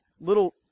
little